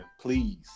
Please